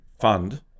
fund